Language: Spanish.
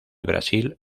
brasil